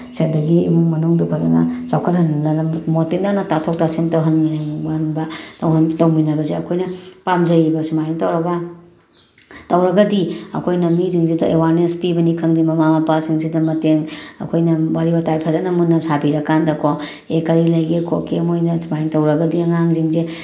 ꯑꯗꯒꯤ ꯏꯃꯨꯡ ꯃꯅꯨꯡꯗꯨ ꯐꯖꯅ ꯆꯥꯎꯈꯠꯍꯟꯅꯅ ꯃꯣꯠ ꯇꯤꯟꯅꯅ ꯇꯥꯊꯣꯛ ꯇꯥꯁꯤꯟ ꯇꯧꯍꯟꯃꯤꯟꯅꯤꯡꯕ ꯇꯧꯃꯤꯟꯅꯕꯁꯦ ꯑꯩꯈꯣꯏꯅ ꯄꯥꯝꯖꯩꯌꯦꯕ ꯁꯨꯃꯥꯏꯅ ꯇꯧꯔꯒ ꯇꯧꯔꯒꯗꯤ ꯑꯩꯈꯣꯏꯅ ꯃꯤꯁꯤꯡꯁꯤꯗ ꯑꯦꯋꯔꯅꯦꯁ ꯄꯤꯕꯅꯤ ꯈꯪꯗꯦ ꯃꯃꯥ ꯃꯄꯥꯁꯤꯡꯁꯤꯗ ꯃꯇꯦꯡ ꯑꯩꯈꯣꯏꯅ ꯋꯥꯔꯤ ꯋꯇꯥꯏ ꯐꯖꯅ ꯃꯨꯟꯅ ꯁꯥꯕꯤꯔꯀꯥꯟꯗꯀꯣ ꯑꯦ ꯀꯔꯤ ꯂꯩꯒꯦ ꯈꯣꯠꯀꯦ ꯃꯣꯏꯅ ꯑꯗꯨꯃꯥꯏꯅ ꯇꯧꯔꯒꯗꯤ ꯑꯉꯥꯡꯁꯤꯡꯁꯦ